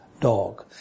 dog